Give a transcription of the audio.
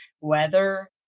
weather